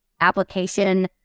application